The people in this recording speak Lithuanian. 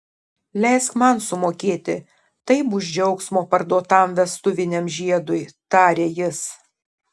leisk man sumokėti tai bus džiaugsmo parduotam vestuviniam žiedui tarė jis